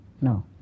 No